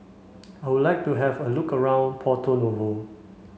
I would like to have a look around Porto Novo